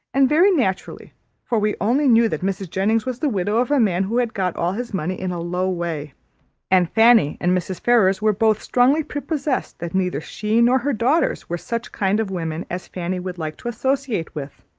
and very naturally for we only knew that mrs. jennings was the widow of a man who had got all his money in a low way and fanny and mrs. ferrars were both strongly prepossessed, that neither she nor her daughters were such kind of women as fanny would like to associate with.